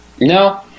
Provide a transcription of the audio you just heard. No